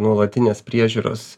nuolatinės priežiūros